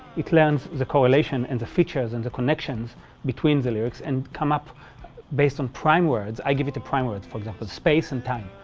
it learns the correlation and the features and the connections between the lyrics and come up based on prime words, i give you the prime words for example, space and time,